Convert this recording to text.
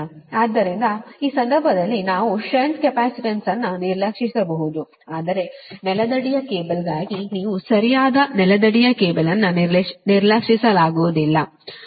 ಆದ್ದರಿಂದ ಆ ಸಂದರ್ಭದಲ್ಲಿ ನಾವು ಷಂಟ್ ಕೆಪಾಸಿಟನ್ಸ್ ಅನ್ನು ನಿರ್ಲಕ್ಷಿಸಬಹುದು ಆದರೆ ನೆಲದಡಿಯ ಕೇಬಲ್ಗಾಗಿ ನೀವು ಸರಿಯಾದ ನೆಲದಡಿಯ ಕೇಬಲ್ ಅನ್ನು ನಿರ್ಲಕ್ಷಿಸಲಾಗುವುದಿಲ್ಲ